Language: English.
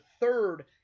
third